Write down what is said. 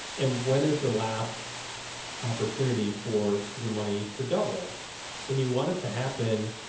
and when is the last opportunity for your money to double and you want it to happen?